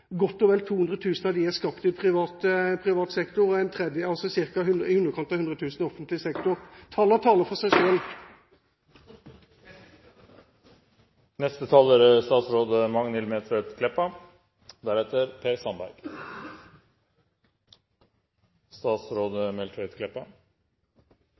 Godt og vel 200 000 av disse er skapt i privat sektor, og i underkant av 100 000 er skapt i offentlig sektor. Tallene taler for seg.